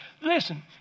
Listen